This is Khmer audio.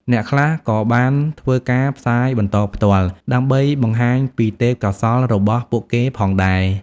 អ្នកខ្លះក៏បានធ្វើការផ្សាយបន្តផ្ទាល់ ដើម្បីបង្ហាញពីទេពកោសល្យរបស់ពួកគេផងដែរ។